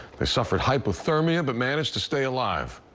the suffered hypothermia, but managed to stay alive.